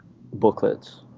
booklets